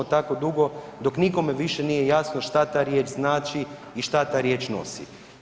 Tako dugo dok nikome više nije jasno što ta riječ znači i što ta riječ nosi.